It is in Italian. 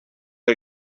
che